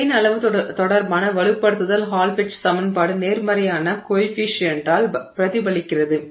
grain அளவு தொடர்பான வலுப்படுத்தல் ஹால் பெட்ச் சமன்பாடு நேர்மறையான கோயெஃபிஷியன்ட்டால் பிரதிபலிக்கிறது